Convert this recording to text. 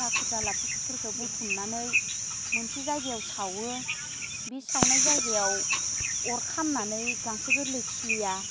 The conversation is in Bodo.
दाखोर दाला फुथुफोरखो बुथुमनानै मोनसे जायगायाव सावो बि सावनाय जायगायाव अर खामनानै गांसो गोरलै खिलिया